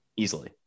Easily